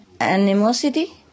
animosity